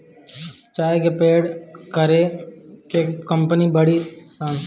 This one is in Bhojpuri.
चाय के पैक करे के कंपनी बाड़ी सन